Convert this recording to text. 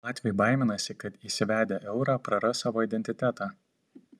latviai baiminasi kad įsivedę eurą praras savo identitetą